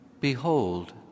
behold